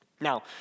now